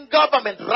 government